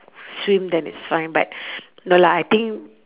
swim then it's fine but no lah I think